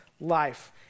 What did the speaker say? life